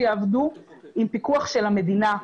שיעבדו עם פיקוח של המדינה,